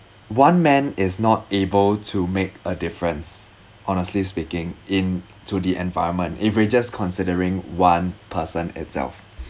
one man is not able to make a difference honestly speaking in to the environment if we're just considering one person itself